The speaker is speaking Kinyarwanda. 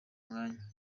mwanya